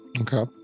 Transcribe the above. Okay